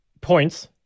points